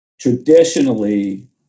traditionally